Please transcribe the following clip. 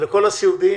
זה לכל הסיעודיים.